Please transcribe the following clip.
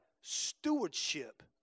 stewardship